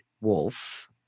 Wolf